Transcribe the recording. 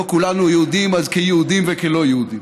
לא כולנו יהודים, אז כיהודים וכלא-יהודים.